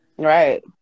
Right